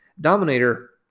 dominator